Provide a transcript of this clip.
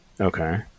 Okay